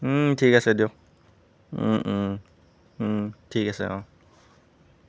ঠিক আছে দিয়ক ঠিক আছে অ'